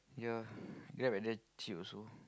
ya Grab like damn cheap also